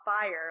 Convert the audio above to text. fire